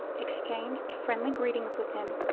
exchanged friendly greetings with him,